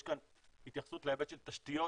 יש כאן התייחסות להיבט של תשתיות,